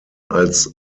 als